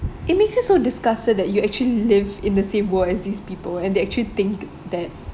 it makes you so disgusted that you actually live in the same world as these people and they actually think that